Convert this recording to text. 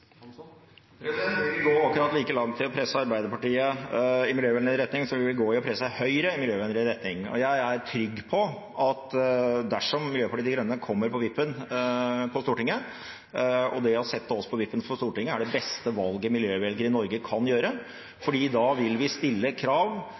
Vi vil gå akkurat like langt i å presse Arbeiderpartiet i miljøvennlig retning som vi vil gå i å presse Høyre i miljøvennlig retning. Og jeg er trygg på at dersom Miljøpartiet De Grønne kommer på vippen på Stortinget, er det å sette oss på vippen på Stortinget det beste valget miljøvelgerne i Norge kan gjøre,